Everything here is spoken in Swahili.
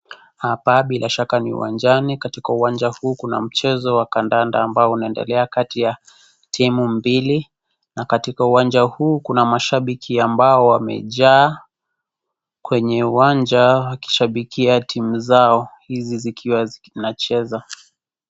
Hapa bila shaka ni uwanjani, katika uwanja huu kuna mchezo wa kandanda ambao unaendelea kati ya timu mbili na katika uwanja huu kuna mashabiki ambao wamejaa kwenye uwanja wakishabikia timu zao hizi zikiwa zinacheza.